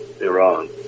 Iran